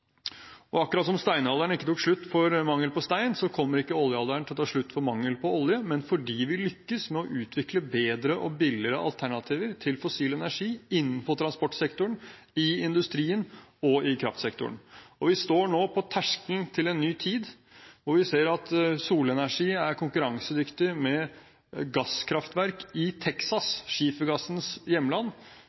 Og akkurat som steinalderen ikke tok slutt av mangel på stein, kommer ikke oljealderen til å ta slutt av mangel på olje, men fordi vi lykkes med å utvikle bedre og billigere alternativer til fossil energi innenfor transportsektoren, i industrien og i kraftsektoren. Vi står nå på terskelen til en ny tid, hvor vi ser at solenergi er konkurransedyktig med gasskraftverk i Texas, skifergassens hjemland.